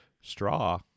Straw